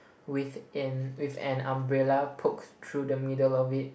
with an with an umbrella poke through the middle of it